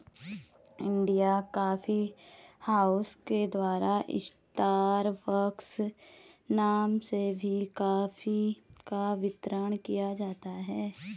India coffee house के द्वारा Starbucks नाम से भी कॉफी का वितरण किया जाता है